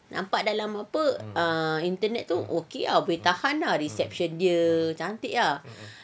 nampak dalam apa ah internet tu okay ah boleh tahan ah reception dia